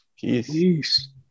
Peace